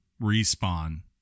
respawn